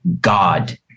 god